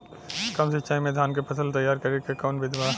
कम सिचाई में धान के फसल तैयार करे क कवन बिधि बा?